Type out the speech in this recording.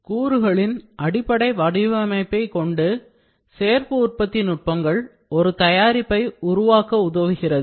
கூறுகளின் அடிப்படை வடிவமைப்பிலிருந்து சேர்ப்பு உற்பத்தி நுட்பங்கள் ஒரு தயாரிப்பை உருவாக்க உதவுகிறது